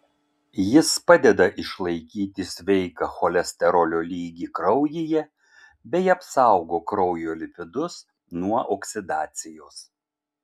jis padeda išlaikyti sveiką cholesterolio lygį kraujyje bei apsaugo kraujo lipidus nuo oksidacijos